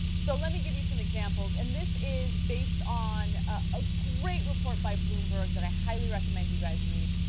so let me give you some examples, and this is based on a great report by bloomberg that i highly recommend you guys read.